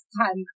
time